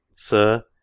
sir,